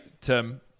Tim